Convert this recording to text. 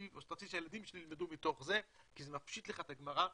רציתי שהילדים שלי ילמדו מזה כי זה מפשט את הגמרא.